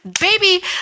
baby